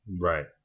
Right